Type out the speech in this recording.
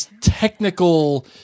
technical